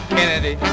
Kennedy